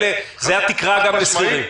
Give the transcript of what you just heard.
זו התקרה גם לשכירים.